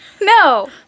No